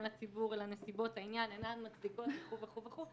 לציבור אלא נסיבות העניין אינן מצדיקות וכו' וכו'...